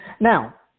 Now